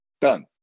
Done